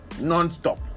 Non-stop